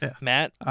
Matt